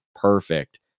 perfect